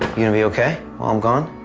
gonna be okay while i'm gone?